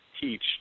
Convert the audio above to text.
teach